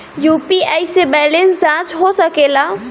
UPI से balance जाँच हो सके ला?